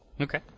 Okay